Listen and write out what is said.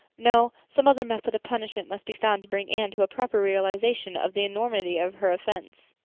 no, some other method of punishment must be found to bring anne to a proper realization of the enormity of her offense.